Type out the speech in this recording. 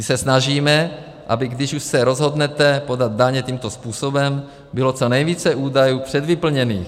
My se snažíme, aby když už se rozhodnete podat daně tímto způsobem, bylo co nejvíce údajů předvyplněných.